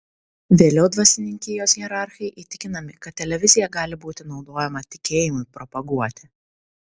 vėliau dvasininkijos hierarchai įtikinami kad televizija gali būti naudojama tikėjimui propaguoti